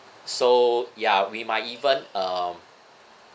so ya we might even um